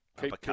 Keep